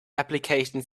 application